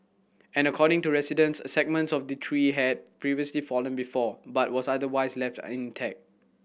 and according to residents segments of the tree had previously fallen before but was otherwise left intact